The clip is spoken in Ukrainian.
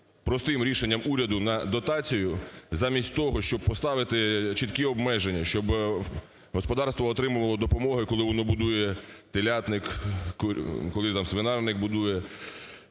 простим рішенням уряду на дотацію, замість того, щоб поставити чіткі обмеження, щоб господарство отримувало допомогу, коли воно будує телятник, коли там свинарник будує,